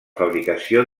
fabricació